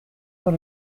por